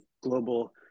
global